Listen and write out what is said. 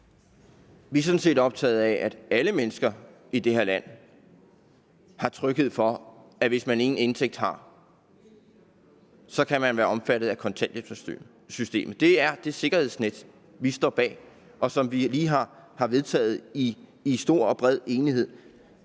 Vi er sådan set optaget af, at alle mennesker i det her land har tryghed for, at hvis man ingen indtægt har, kan man være omfattet af kontanthjælpssystemet. Det er det sikkerhedsnet, vi står bag, og som vi lige har vedtaget i stor og bred enighed.